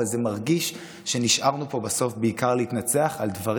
אבל אני מרגיש שנשארנו פה בסוף בעיקר להתנצח על דברים